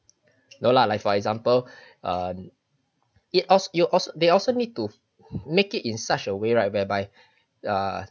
no lah like for example um it als~ you also they also need to make it in such a way right whereby uh